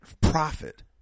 profit